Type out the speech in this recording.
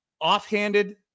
Offhanded